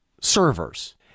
servers